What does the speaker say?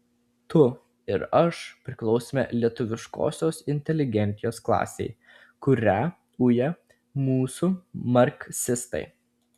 tu ir aš priklausome lietuviškosios inteligentijos klasei kurią uja mūsų marksistai